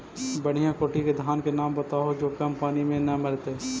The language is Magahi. बढ़िया कोटि के धान के नाम बताहु जो कम पानी में न मरतइ?